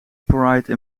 pride